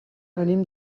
venim